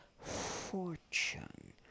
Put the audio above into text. fortune